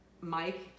Mike